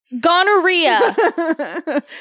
Gonorrhea